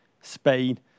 Spain